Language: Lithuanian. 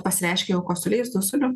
pasireiškia jau kosulys dusuliu